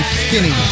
skinny